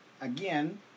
again